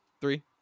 Three